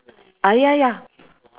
uh ya ya